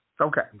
Okay